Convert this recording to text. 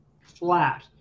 flat